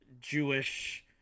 jewish